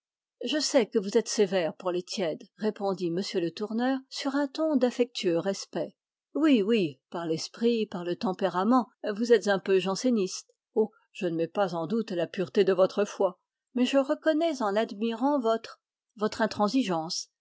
mme de chanteprie vous êtes sévère pour les tièdes répondit m le tourneur sur un ton d'affectueux respect oui oui par l'esprit par le tempérament vous êtes un peu janséniste oh je ne mets pas en doute la pureté de votre foi mais je reconnais en l'admirant votre votre intransigeance